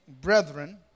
brethren